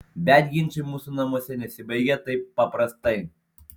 bet ginčai mūsų namuose nesibaigia taip paprastai